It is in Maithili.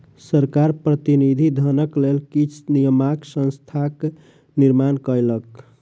सरकार प्रतिनिधि धनक लेल किछ नियामक संस्थाक निर्माण कयलक